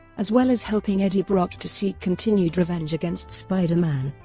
as well as helping eddie brock to seek continued revenge against spider-man,